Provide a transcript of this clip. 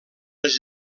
els